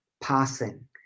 passing